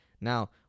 now